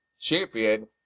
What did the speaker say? champion